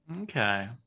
Okay